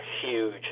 huge